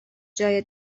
جای